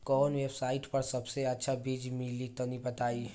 कवन वेबसाइट पर सबसे अच्छा बीज मिली तनि बताई?